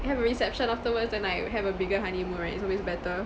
have a reception afterwards then like have a bigger honeymoon right it's always better